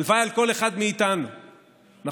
הלוואי על כל אחד מאיתנו, נכון?